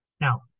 Now